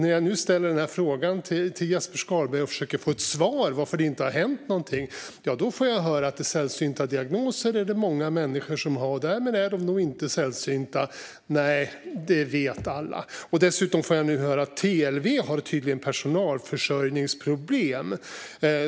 När jag nu ställer frågan till Jesper Skalberg Karlsson och försöker få ett svar på varför det inte har hänt någonting får jag höra att sällsynta diagnoser är det många människor som har och att de därmed nog inte är sällsynta. Nej, det vet alla. Dessutom får jag nu höra att TLV tydligen har personalförsörjningsproblem.